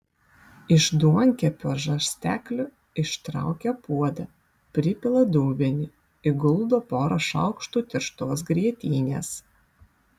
iš duonkepio žarstekliu ištraukia puodą pripila dubenį įguldo porą šaukštų tirštos grietinės